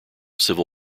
civil